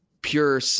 pure